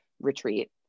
retreat